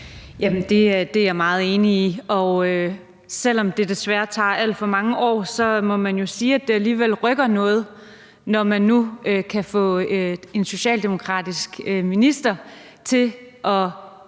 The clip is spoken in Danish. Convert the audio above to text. Det er jeg meget enig i. Selv om det desværre tager alt for mange år, må man jeg sige, at det alligevel rykker noget, når man nu kan få en socialdemokratisk minister til at ville